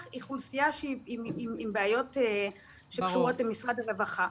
אוכלוסייה עם בעיות שקשורות למשרד הרווחה,